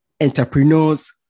entrepreneurs